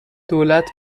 دولت